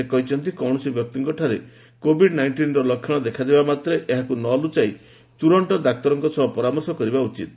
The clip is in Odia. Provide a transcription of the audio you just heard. ସେ କହିଛନ୍ତି କୌଣସି ବ୍ୟକ୍ତିଙ୍କଠାରେ କୋଭିଡ୍ ନାଇଷ୍ଟିନ୍ର ଲକ୍ଷଣ ଦେଖାଦେବା ମାତ୍ରେ ଏହାକୁ ନ ଲୁଚାଇ ତ୍ରରନ୍ତ ଡାକ୍ତରଙ୍କ ସହ ପରାମର୍ଶ କରିବା ଉଚିତ୍